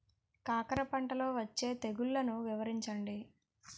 కాకర పంటలో వచ్చే తెగుళ్లను వివరించండి?